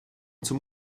zum